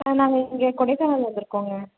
நாங்கள் இங்கே கொடைக்கானல் வந்து இருக்கோங்க